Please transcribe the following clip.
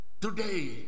Today